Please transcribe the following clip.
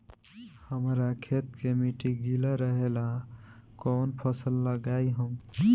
हमरा खेत के मिट्टी गीला रहेला कवन फसल लगाई हम?